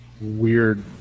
weird